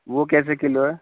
وہ کیسے کلو ہے